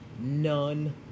None